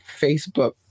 Facebook